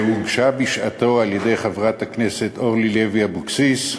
שהוצע בשעתו על-ידי חברת הכנסת אורלי לוי אבקסיס,